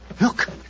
Look